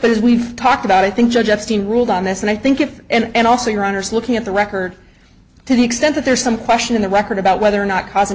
but as we've talked about i think judge epstein ruled on this and i think it and also your honour's looking at the record to the extent that there's some question in the record about whether or not cousin